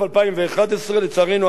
הגדילה היתה 4.3%,